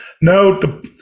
no